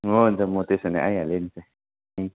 हुन्छ म त्यसो भने आइहाले नि त